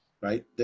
right